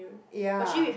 ya